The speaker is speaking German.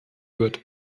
wird